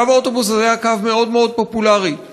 קו האוטובוס הזה היה קו פופולרי מאוד מאוד,